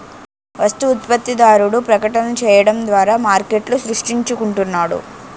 వస్తు ఉత్పత్తిదారుడు ప్రకటనలు చేయడం ద్వారా మార్కెట్ను సృష్టించుకుంటున్నాడు